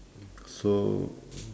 so